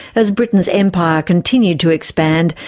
as britain's empire continued to expand,